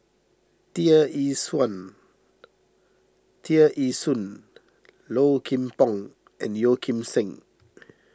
Tear Ee Tear Ee Soon Low Kim Pong and Yeo Kim Seng